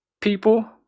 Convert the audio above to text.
people